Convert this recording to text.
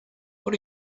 are